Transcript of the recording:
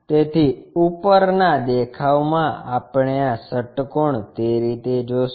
તેથી ઉપરનાં દેખાવમાં આપણે આ ષટ્કોણ તે રીતે જોશું